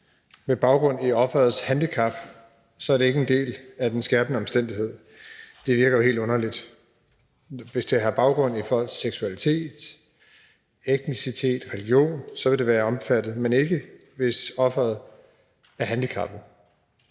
med baggrund i offerets handicap, så er det ikke en del af den skærpende omstændighed. Det virker jo helt underligt. Hvis forbrydelsen har baggrund i folks seksualitet, etnicitet eller religion, vil det være omfattet, men ikke hvis offeret er handicappet.